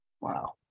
Wow